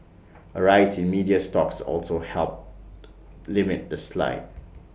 A rise in media stocks also helped limit the slide